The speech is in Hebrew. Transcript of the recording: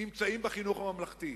נמצאים בחינוך הממלכתי,